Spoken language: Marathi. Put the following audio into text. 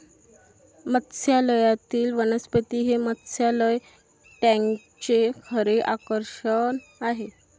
मत्स्यालयातील वनस्पती हे मत्स्यालय टँकचे खरे आकर्षण आहे